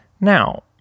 Now